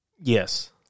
Yes